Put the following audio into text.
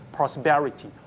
Prosperity